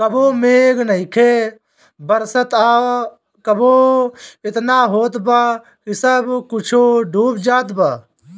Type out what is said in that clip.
कबो मेघ नइखे बरसत आ कबो एतना होत बा कि सब कुछो डूब जात बा